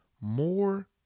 more